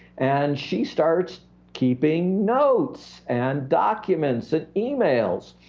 and she starts keeping notes and documents and emails,